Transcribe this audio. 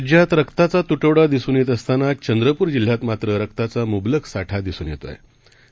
राज्यातरक्ताचातुटवडादिसूनयेतअसतांना चंद्रपूरजिल्ह्यातमात्र रक्ताचामुबलकसाठादिसूनयेतआहेत